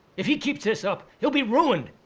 if he keeps this up, he'll be ruined.